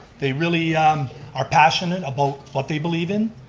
they really are passionate about what they believe in,